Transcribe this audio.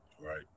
Right